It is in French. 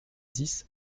dix